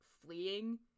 fleeing